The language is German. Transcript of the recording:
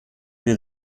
wir